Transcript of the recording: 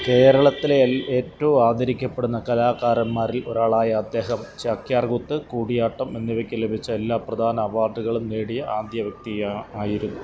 കേരളത്തിലെ ഏറ്റവും ആദരിക്കപ്പെടുന്ന കലാകാരന്മാരിൽ ഒരാളായ അദ്ദേഹം ചാക്യാർ കൂത്ത് കൂടിയാട്ടം എന്നിവയ്ക്ക് ലഭിച്ച എല്ലാ പ്രധാന അവാർഡുകളും നേടിയ ആദ്യ വ്യക്തി ആയിരുന്നു